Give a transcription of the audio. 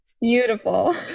Beautiful